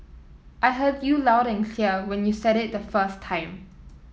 I heard you loud and clear when you said it the first time